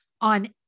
on